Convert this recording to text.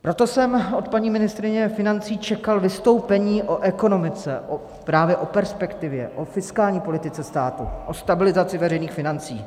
Proto jsem od paní ministryně financí čekal vystoupení o ekonomice, právě o perspektivě, o fiskální politice státu, o stabilizaci veřejných financí.